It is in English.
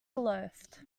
aloft